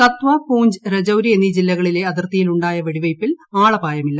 കത്വ പൂഞ്ച് രജൌരി എന്നീ ജില്ലകളിലെ അതിർത്തിയിൽ ഉണ്ടായ വെടിവെയ്പ്പിൽ ആളപായമില്ല